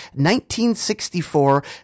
1964